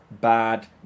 bad